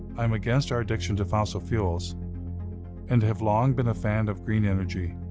i'm against our addiction to fossil fuels and have long been a fan of green energy.